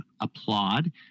Applaud